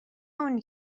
اونی